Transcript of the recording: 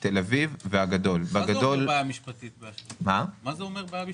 גם בחינוך המיוחד במוכר שאינו רשמי,